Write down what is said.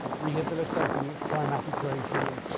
rehabilitating its climatic regime,